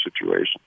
situation